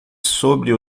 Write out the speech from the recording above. sobre